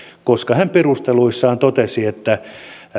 koska hän perusteluissaan totesi että